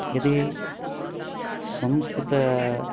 यदि संस्कृते